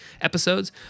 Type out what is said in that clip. episodes